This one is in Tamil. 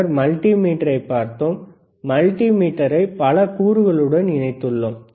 பின்னர் மல்டிமீட்டரைப் பார்த்தோம் மல்டிமீட்டரை பல கூறுகளுடன் இணைத்துள்ளோம்